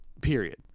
period